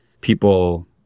people